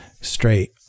straight